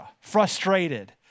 frustrated